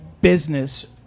business